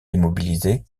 démobilisés